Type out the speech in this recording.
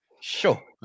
sure